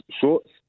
shorts